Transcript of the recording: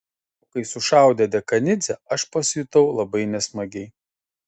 o kai sušaudė dekanidzę aš pasijutau labai nesmagiai